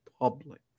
public